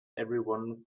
everyone